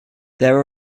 there